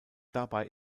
dabei